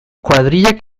kuadrillak